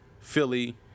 Philly –